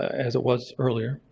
as it was earlier.